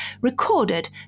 recorded